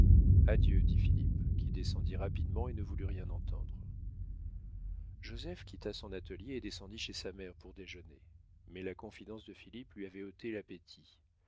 adieu dit philippe qui descendit rapidement et ne voulut rien entendre joseph quitta son atelier et descendit chez sa mère pour déjeuner mais la confidence de philippe lui avait ôté l'appétit